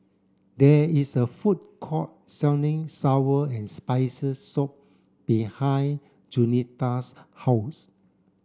there is a food court selling sour and spicy soup behind Jaunita's house